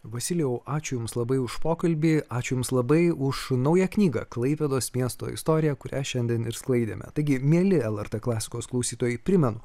vasilijau ačiū jums labai už pokalbį ačiū jums labai už naują knygą klaipėdos miesto istoriją kurią šiandien ir sklaidėme taigi mieli lrt klasikos klausytojai primenu